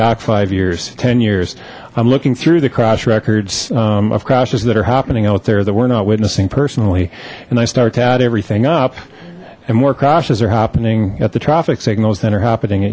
back five years ten years i'm looking through the crash records of crashes that are happening out there that we're not witnessing personally and i start to add everything up and more crashes are happening at the traffic signals that are happening